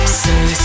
say